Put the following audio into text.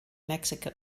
mexico